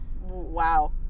Wow